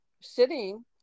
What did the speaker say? sitting